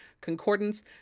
concordance